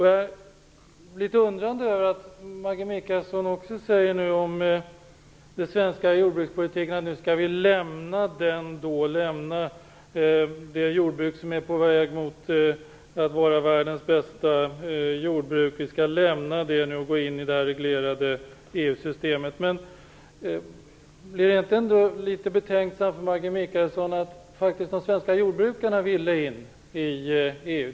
Jag är litet undrande över att Maggi Mikaelsson nu säger om den svenska jordbrukspolitiken att vi skall lämna ett jordbruk som är på väg att bli världens bästa och gå in i det reglerade EU-systemet. Blir Maggi Mikaelsson inte litet betänksam mot bakgrund av att de svenska jordbrukarna faktiskt ville att Sverige skulle gå in i EU?